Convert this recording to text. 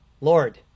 Lord